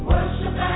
Worship